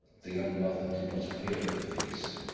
the young mother did not appear at the feast.